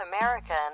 America